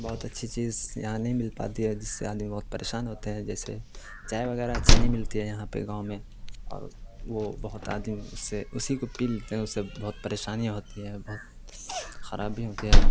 بہت اچھی چیس یہاں نہیں مل پاتی ہے جس سے آدمی بہت پریشان ہوتے ہیں جیسے چائے وغیرہ اچھی نہیں ملتی ہے یہاں پہ گاؤں میں اور وہ بہت آدمی اس سے اسی کو پی لیتے ہیں اس سے بہت پریشانیاں ہوتی ہیں بہت خرابی ہوتی ہیں